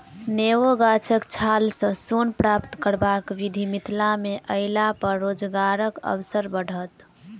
नेबो गाछक छाल सॅ सोन प्राप्त करबाक विधि मिथिला मे अयलापर रोजगारक अवसर बढ़त